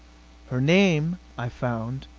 her name, i found,